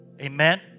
Amen